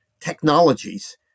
technologies